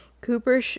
Cooper